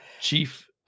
chief